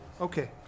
okay